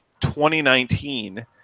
2019